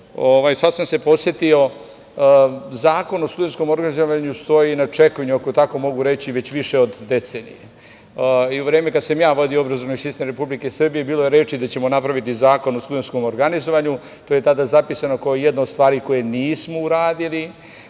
Sad sam se podsetio, Zakon o studentskom obrazovanju stoji na čekanju, ako tako mogu reći, već više od decenije. U vreme kada sam ja vodio obrazovni sistem Republike Srbije bilo je reči da ćemo napraviti zakon o studentskom organizovanju i to je tada zapisano kao jedna od stvari koju nismo uradili,